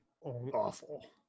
awful